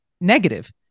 negative